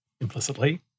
implicitly